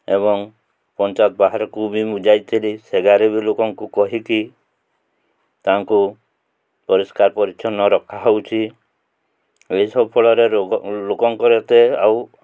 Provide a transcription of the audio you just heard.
ଏବଂ ପଞ୍ଚାୟତ ବାହାରକୁ ବି ମୁଁ ଯାଇଥିଲି ସେ ଗାଁ ରେ ବି ଲୋକଙ୍କୁ କହିକି ତାଙ୍କୁ ପରିଷ୍କାର ପରିଚ୍ଛନ୍ନ ରଖାହଉଛି ଏହିସବୁ ଫଳରେ ରୋଗ ଲୋକଙ୍କର ଏତେ ଆଉ